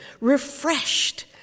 refreshed